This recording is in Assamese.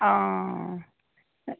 অঁ